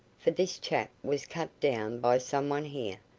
for this chap was cut down by some one here,